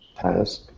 task